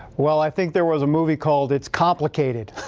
well, i think there was a movie called it's complicated,